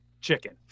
chicken